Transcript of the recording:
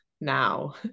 now